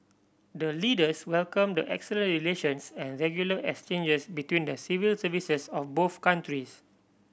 the leaders welcome the excellent relations and regular exchanges between the civil services of both countries